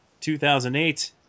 2008